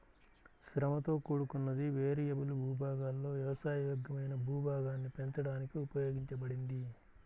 శ్రమతో కూడుకున్నది, వేరియబుల్ భూభాగాలలో వ్యవసాయ యోగ్యమైన భూభాగాన్ని పెంచడానికి ఉపయోగించబడింది